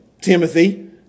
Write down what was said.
Timothy